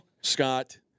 Scott